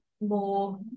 more